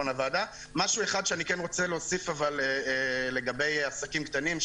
משהו אחד שאני כן רוצה להוסיף לגבי עסקים קטנים.